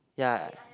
yea